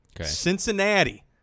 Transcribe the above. Cincinnati